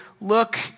look